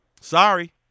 Sorry